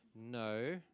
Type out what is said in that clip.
No